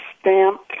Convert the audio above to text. stamped